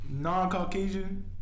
Non-Caucasian